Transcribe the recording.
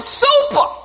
super